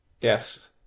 Yes